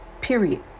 Period